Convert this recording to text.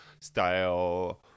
style